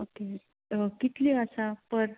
okay कितली आसा पर